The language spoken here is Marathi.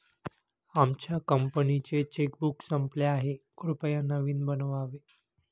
आमच्या कंपनीचे चेकबुक संपले आहे, कृपया नवीन बनवावे